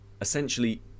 essentially